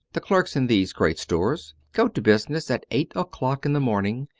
the clerks in these great stores go to business at eight o'clock in the morning,